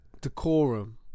decorum